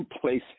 places